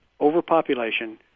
overpopulation